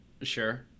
Sure